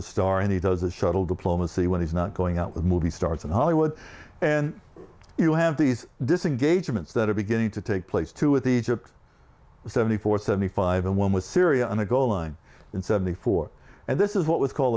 the star and he does the shuttle diplomacy when he's not going out with movie stars in hollywood and you have these disengagement that are beginning to take place too with egypt seventy four seventy five and one with syria on the goal line in seventy four and this is what was called